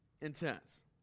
intense